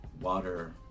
water